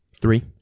Three